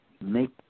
make